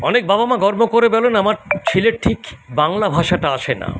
অনেক বাবা মা গর্ব করে বলেন আমার ছেলের ঠিক বাংলা ভাষাটা আসে না